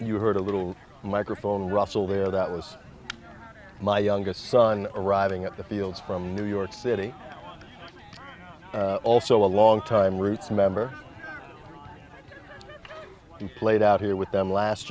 you heard a little microphone russell there that was my youngest son arriving at the fields from new york city also a long time roots member he played out here with them last